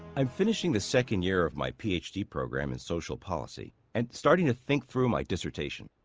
i'm finishing the second year of my ph d. program in social policy, and starting to think through my dissertation.